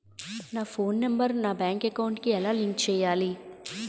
నా phone number నా bank account కి ఎలా లింక్ చేయాలి?